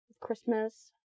Christmas